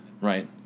right